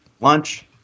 Lunch